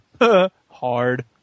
Hard